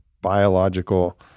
biological